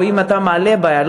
או אם אתה מעלה בעיה,